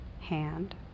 hand